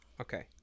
Okay